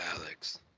Alex